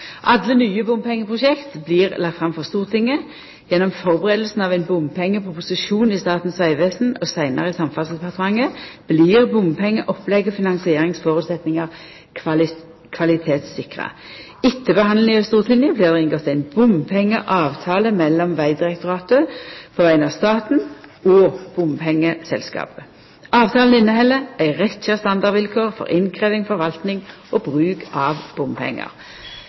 Alle nye bompengeprosjekt blir lagde fram for Stortinget. Gjennom førebuinga av ein bompengeproposisjon i Statens vegvesen og seinare i Samferdselsdepartementet blir bompengeopplegget og finansieringsføresetnader kvalitetssikra. Etter behandlinga i Stortinget blir det inngått ein bompengeavtale mellom Vegdirektoratet på vegner av staten og bompengeselskapet. Avtalen inneheld ei rekkje standardvilkår for innkrevjing, forvaltning og bruk av bompengar.